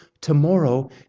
tomorrow